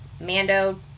Mando